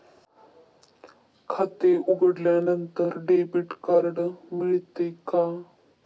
खाते उघडल्यानंतर debit card मिळते का?